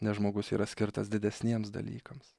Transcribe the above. nes žmogus yra skirtas didesniems dalykams